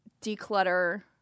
declutter